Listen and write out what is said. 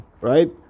right